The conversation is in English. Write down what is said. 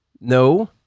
No